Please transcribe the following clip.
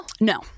no